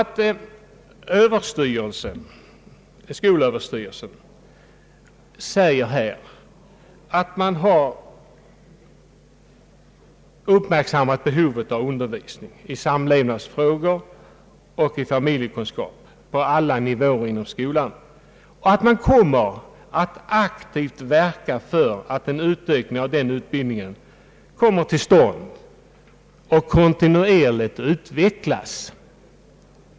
Skolöverstyrelsen anför här nämligen att den har uppmärksammat behovet av undervisning i samlevnadsfrågor och familje kunskap på alla nivåer inom skolan och att den kommer att aktivt verka för att en ökning av den utbildning som nu ges kommer till stånd och kontinuerligt utvecklas.